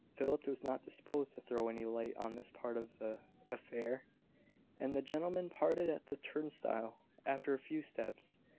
philip was not disposed to throw any light on this part of the affair and the gentlemen parted at the turnstile. after a few steps,